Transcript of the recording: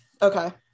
Okay